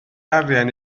arian